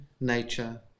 nature